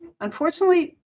Unfortunately